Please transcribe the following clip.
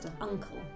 uncle